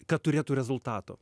kad turėtų rezultatų